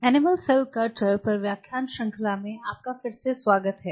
animal cell culture पर व्याख्यान श्रृंखला में आपका फिर से स्वागत है